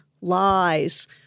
lies